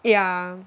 yeah